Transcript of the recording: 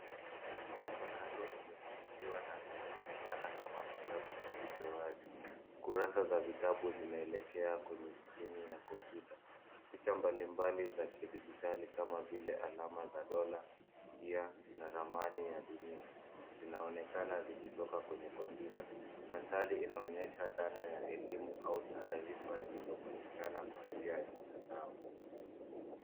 Kompyuta mpakato imefunguliwa na inaonekana kama kitabu kilicho wazi. kurasa za vitabu zinaelekea kwenye skrini ya kompyuta. Picha mbalimbali za kidijitali kama vile alama za dola, gia na ramani ya dunia zinaonekana zikitoka kwenye kompyuta. Mandhari inaonyesha dhana ya elimu au taarifa zinazopatikana kwa njia ya mtandao.